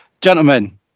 Gentlemen